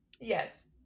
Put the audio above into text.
Yes